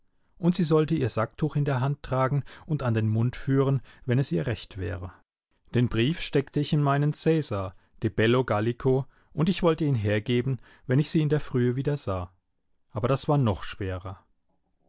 und sie sollte ihr sacktuch in der hand tragen und an den mund führen wenn es ihr recht wäre den brief steckte ich in meinen caesar de bello gallico und ich wollte ihn hergeben wenn ich sie in der frühe wieder sah aber das war noch schwerer